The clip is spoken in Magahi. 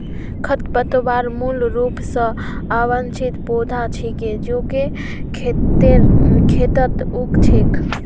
खरपतवार मूल रूप स अवांछित पौधा छिके जेको खेतेर खेतत उग छेक